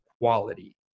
quality